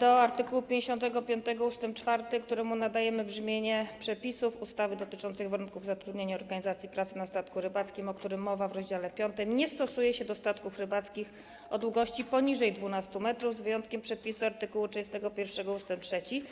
do art. 55 ust. 4, któremu nadajemy brzmienie: przepisów ustawy dotyczących warunków zatrudnienia i organizacji pracy na statku rybackim, o którym mowa w rozdziale 5, nie stosuje się do statków rybackich o długości poniżej 12 m, z wyjątkiem przepisu art. 31 ust. 3.